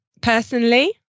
personally